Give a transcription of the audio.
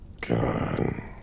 God